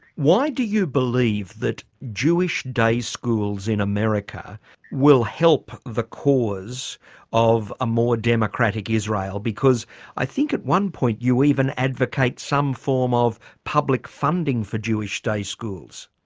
why do you believe that jewish day schools in america will help the cause of a more democratic israel? because i think at one point you even advocate some form of public funding for jewish day schools.